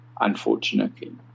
unfortunately